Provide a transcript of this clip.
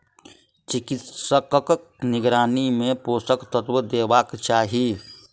चिकित्सकक निगरानी मे पोषक तत्व देबाक चाही